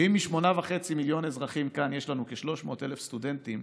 ואם מ-8.5 מיליון אזרחים כאן יש לנו כ-300,000 סטודנטים,